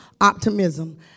optimism